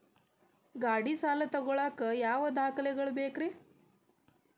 ಗಾಡಿ ಸಾಲ ತಗೋಳಾಕ ಯಾವ ದಾಖಲೆಗಳ ಬೇಕ್ರಿ?